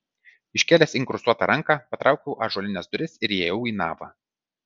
iškėlęs inkrustuotą ranką patraukiau ąžuolines duris ir įėjau į navą